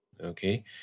okay